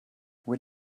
where